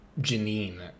Janine